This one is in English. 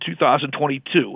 2022